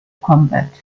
combat